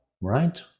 right